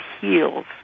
heals